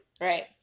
Right